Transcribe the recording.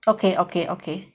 okay okay okay